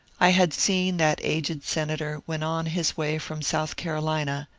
i had seen that aged senator when on his way from south carolina,